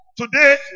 Today